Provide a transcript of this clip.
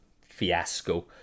fiasco